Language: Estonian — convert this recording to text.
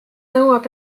nõuab